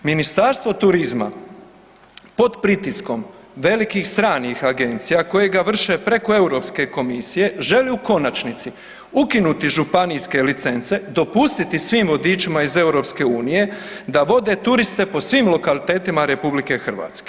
Ministarstvo turizma pod pritiska velikih stranih agencija koje ga vrše preko EU komisije, želi u konačnici ukinuti županijske licence, dopustiti svim vodičima iz EU da vode turiste po svim lokalitetima RH.